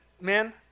man